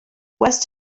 west